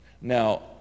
Now